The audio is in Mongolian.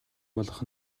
болох